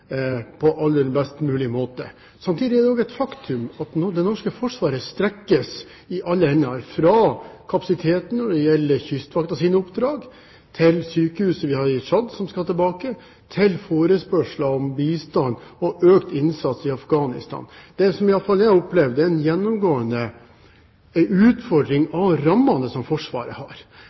på aller beste mulige måte. Samtidig er det også et faktum at det norske forsvaret strekkes i alle ender, fra kapasiteten når det gjelder Kystvaktens oppdrag, til sykehuset vi har i Tchad, som skal tilbake, og til forespørsler om bistand og økt innsats i Afghanistan. Det som i alle fall jeg opplever, er en gjennomgående utfordring av rammene som Forsvaret har.